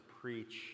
preach